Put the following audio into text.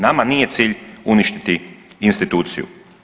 Nama nije cilj uništiti instituciju.